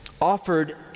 offered